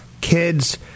Kids